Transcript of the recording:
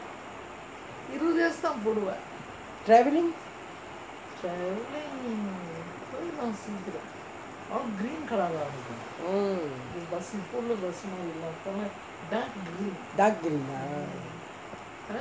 travelling mm dark green ah